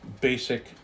basic